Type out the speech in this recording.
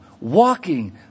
Walking